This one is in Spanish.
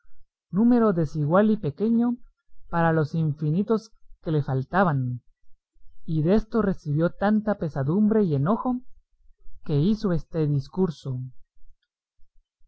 número desigual y pequeño para los infinitos que le faltaban y desto recibió tanta pesadumbre y enojo que hizo este discurso